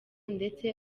ndetse